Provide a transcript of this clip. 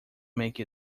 make